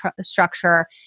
structure